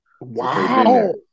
Wow